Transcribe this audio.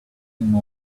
nothing